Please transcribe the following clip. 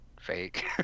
fake